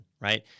right